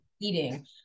eating